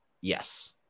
yes